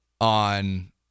on